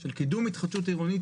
של קידום התחדשות עירונית,